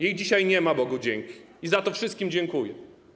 Jej dzisiaj nie ma, Bogu dzięki, i za to wszystkim dziękuję.